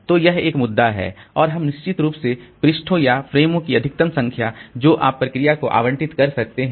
तो यह एक मुद्दा है और हम निश्चित रूप से पृष्ठों या फ़्रेमों की अधिकतम संख्या जो आप एक प्रोसेस को आवंटित कर सकते हैं